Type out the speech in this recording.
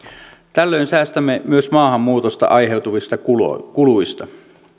tällöin säästämme myös maahanmuutosta aiheutuvista kuluista kuluista